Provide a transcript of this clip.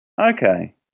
Okay